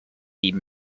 dean